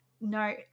No